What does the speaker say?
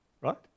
right